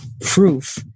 proof